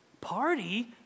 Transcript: party